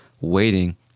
waiting